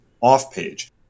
off-page